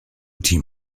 team